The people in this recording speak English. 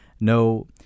no